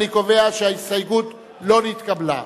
אני קובע שההסתייגות לא נתקבלה.